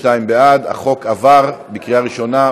התשע"ז 2017,